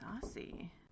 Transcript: Saucy